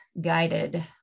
guided